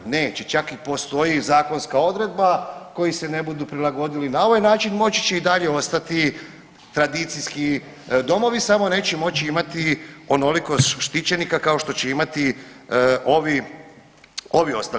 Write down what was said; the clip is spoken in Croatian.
Neće, čak i postoji zakonska odredba koji se ne budu prilagodili na ovaj način moći će i dalje ostati tradicijski domovi samo neće moći imati onoliko štićenika kao što će imati ovi ostali.